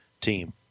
team